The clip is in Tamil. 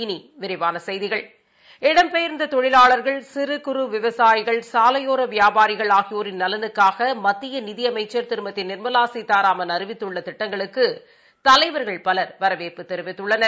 இனிவிரிவானசெய்திகள் இடம்பெயா்ந்ததொழிலாளா்கள் சிறு சுகறு விவசாயிகள் சாலையோரவியாபாரிகள் ஆகியோரின் நலனுக்காகமத்தியநிதிஅமைச்சர் திருமதிநிர்மலாசீதாராமன் அறிவித்துள்ளதிட்டங்களுக்குதலைவர்கள் பலர் வரவேற்பு தெரிவித்துள்ளனர்